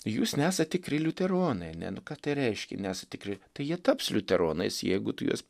jūs nesat tikri liuteronai ane nu ką tai reiškia nesat tikri tai jie taps liuteronais jeigu tu juos